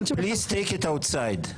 please take it outside.